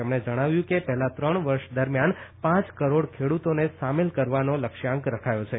તેમણે જણાવ્યું કે પહેલા ત્રણ વર્ષ દરમ્યાન પાંચ કરોડ ખેડુતોને સામેલ કરવાનો લક્ષ્યાંક રખાયો છે